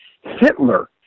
Hitler